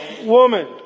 woman